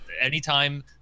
Anytime